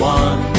one